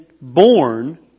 born